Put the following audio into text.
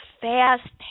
fast